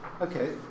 okay